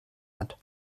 hat